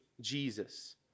Jesus